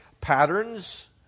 patterns